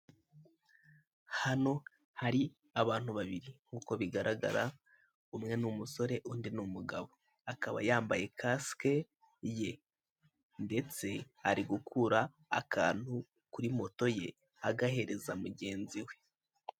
Hano hari abantu babiri nkuko bigaragara umwe ni umusore undi ni umugabo akaba yambaye kasike ye ndetse ari gukura akantu kuri moto ye agahereza mu ganezi we.